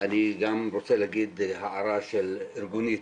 אני רוצה להגיד הערה ארגונית.